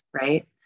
right